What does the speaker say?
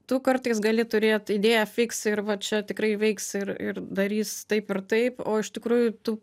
tu kartais gali turėt idėją fiks ir va čia tikrai veiks ir ir darys taip ir taip o iš tikrųjų tu